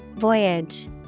Voyage